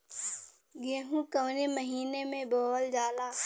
गेहूँ कवने महीना में बोवल जाला?